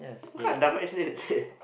what kind of dumb ass name is that